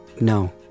No